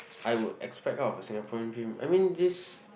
I would expect out of a Singaporean dream I mean this